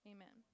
Amen